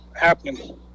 happening